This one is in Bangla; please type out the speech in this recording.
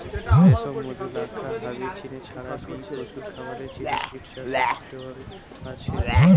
রেশম, মধু, লাক্ষা হারির জিনে ছাড়া বি পশুর খাবারের জিনে কিট চাষের চল আছে